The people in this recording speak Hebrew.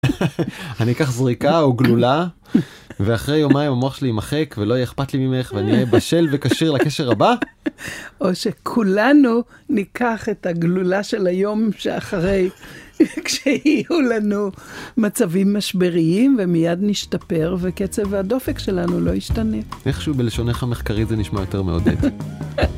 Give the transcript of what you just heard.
אני אקח זריקה או גלולה ואחרי יומיים המוח שלי יימחק ולא יהיה אכפת לי ממך, ואני אהיה בשל וכשיר לקשר הבא. או שכולנו ניקח את הגלולה של היום שאחרי כשיהיו לנו מצבים משבריים, ומיד נשתפר וקצב הדופק שלנו לא ישתנה. איכשהו בלשונך מחקרית זה נשמע יותר מעודד.